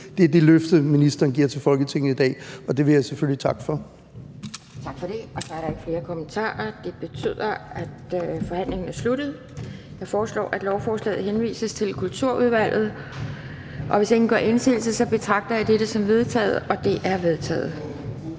Det er det løfte, ministeren giver til Folketinget i dag, og det vil jeg selvfølgelig takke for. Kl. 12:00 Anden næstformand (Pia Kjærsgaard): Tak for det. Der er ikke flere kommentarer, og det betyder, at forhandlingen er sluttet. Jeg foreslår, at lovforslaget henvises til Kulturudvalget. Og hvis ingen gør indsigelse, betragter jeg dette som vedtaget. Det er vedtaget.